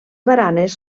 baranes